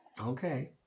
Okay